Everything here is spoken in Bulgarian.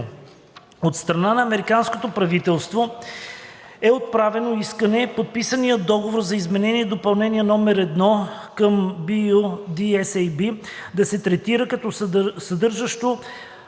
От страна на американското правителство е отправено искане подписаният договор за Изменение и допълнение № 1 към (LOA) BU-D-SAB да се третира като съдържащ